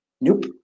Nope